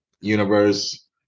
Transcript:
universe